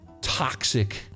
toxic